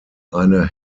eine